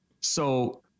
So-